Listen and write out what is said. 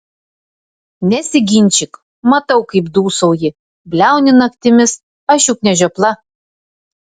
nesiginčyk matau kaip dūsauji bliauni naktimis aš juk ne žiopla